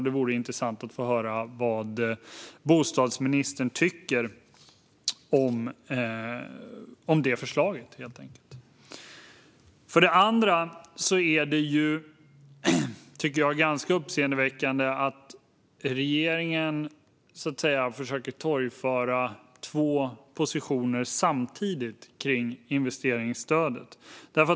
Det vore intressant att höra vad bostadsministern tycker om det förslaget. Det är, tycker jag, ganska uppseendeväckande att regeringen så att säga försöker torgföra två positioner samtidigt i fråga om investeringsstödet.